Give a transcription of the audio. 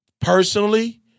personally